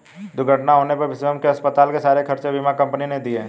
दुर्घटना होने पर शिवम के अस्पताल के सारे खर्चे बीमा कंपनी ने दिए